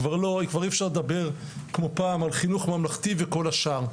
כבר אי אפשר לדבר כמו פעם על חינוך ממלכתי וכל השאר,